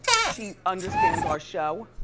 she understands our show.